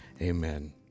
Amen